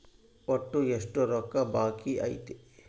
ಒಟ್ಟು ಎಷ್ಟು ರೊಕ್ಕ ಬಾಕಿ ಐತಿ?